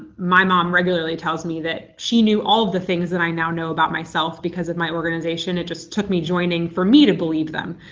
my mom regularly tells me that she knew all the things that i now know about myself because of my organization. it just took me joining for me to believe them.